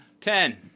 ten